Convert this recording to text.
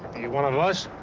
you one of us.